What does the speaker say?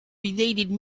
related